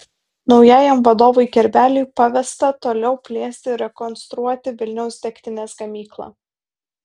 naujajam vadovui kerbeliui pavesta toliau plėsti ir rekonstruoti vilniaus degtinės gamyklą